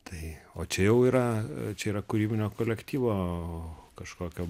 tai o čia jau yra čia yra kūrybinio kolektyvo kažkokio